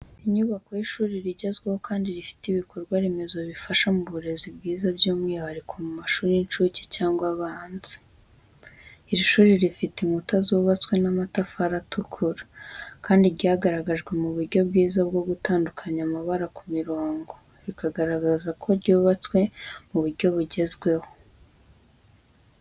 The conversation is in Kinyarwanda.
Inyubako y’ishuri rigezweho kandi rifite ibikorwa remezo bifasha mu burezi bwiza by’umwihariko mu mashuri y’incuke cyangwa abanza. Iri shuri rifite inkuta zubatswe n’amatafari atukura, kandi ryagaragajwe mu buryo bwiza bwo gutandukanya amabara ku mirongo bikagaragaza ko ryubatswe mu buryo bugezweho.